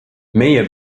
meie